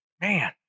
Man